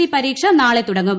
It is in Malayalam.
സി പരീക്ഷ നാളെ തുടങ്ങും